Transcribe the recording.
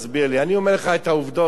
אני אומר לך את העובדות כרגע.